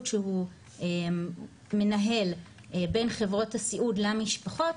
שהוא מנהל בין חברות הסיעוד למשפחות,